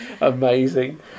Amazing